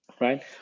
right